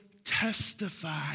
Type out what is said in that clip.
Testify